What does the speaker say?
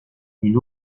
une